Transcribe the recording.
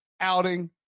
outing